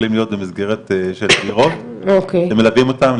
שיכולים להיות במסגרת של בגירות ומלווים אותם,